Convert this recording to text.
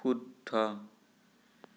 শুদ্ধ